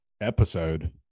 episode